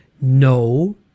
No